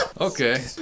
Okay